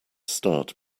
start